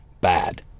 bad